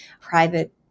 private